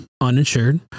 Uninsured